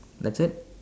that's it